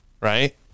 right